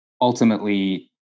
ultimately